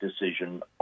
decision